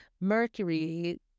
Mercury